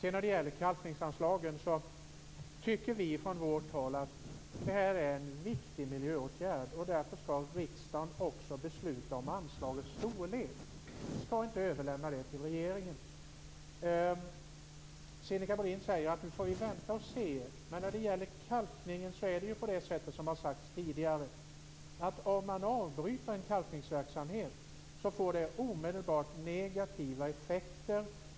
Vad gäller kalkningsanslaget tycker vi från vårt håll att det här är en viktig miljöåtgärd. Och därför skall riksdagen också besluta om anslagets storlek. Vi skall inte överlämna det till regeringen. Sinikka Bohlin säger att vi får vänta och se, men när det gäller kalkningen är det så, som tidigare har sagts, att om man avbryter en kalkningsverksamhet, får det omedelbart negativa effekter.